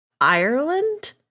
Ireland